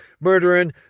murdering